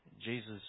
Jesus